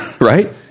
right